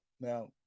Now